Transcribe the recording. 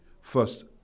first-